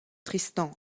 tristan